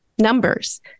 numbers